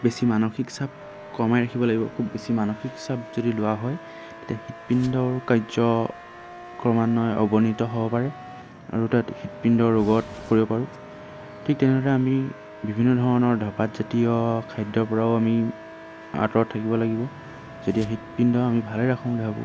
বেছি মানসিক চাপ কমাই ৰাখিব লাগিব খুব বেছি মানসিক চাপ যদি লোৱা হয় তেতিয়া হৃদপিণ্ডৰ কাৰ্য ক্ৰমান্বয়ে অৱনীত হ'ব পাৰে আৰু তাত হৃদপিণ্ডৰ ৰোগত পৰিব পাৰোঁ ঠিক তেনেদৰে আমি বিভিন্ন ধৰণৰ ধপাতজাতীয় খাদ্যৰ পৰাও আমি আঁতৰত থাকিব লাগিব যদি হৃদপিণ্ড আমি ভালে ৰাখোঁ বুলি ভাবোঁ